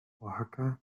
oaxaca